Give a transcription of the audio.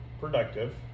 productive